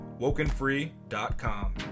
WokenFree.com